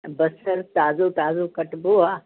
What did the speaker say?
बसर ताज़ो ताज़ो कटिबो आहे